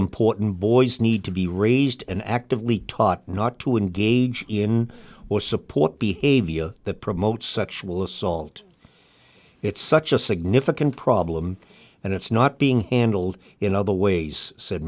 important boys need to be raised and actively taught not to engage in or support behavior that promotes sexual assault it's such a significant problem and it's not being handled in other ways said